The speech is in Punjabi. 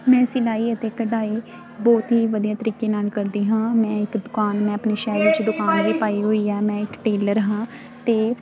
ਮੈਂ ਸਿਲਾਈ ਅਤੇ ਕਢਾਈ ਬਹੁਤ ਹੀ ਵਧੀਆ ਤਰੀਕੇ ਨਾਲ ਕਰਦੀ ਹਾਂ ਮੈਂ ਇੱਕ ਦੁਕਾਨ ਮੈਂ ਆਪਣੀ ਸ਼ਹਿਰ ਵਿੱਚ ਦੁਕਾਨ ਵੀ ਪਾਈ ਹੋਈ ਹੈ ਮੈਂ ਇੱਕ ਟੇਲਰ ਹਾਂ ਅਤੇ